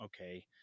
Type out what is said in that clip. okay